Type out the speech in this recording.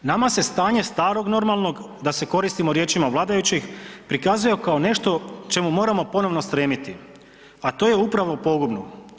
Nama se stanje starog normalnog, da se koristimo riječima vladajućih, prikazuje kao nešto čemu moramo ponovno stremiti, a to je upravo pogubno.